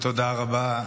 תודה רבה.